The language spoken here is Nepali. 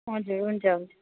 हजुर हुन्छ हुन्छ